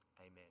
amen